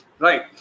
right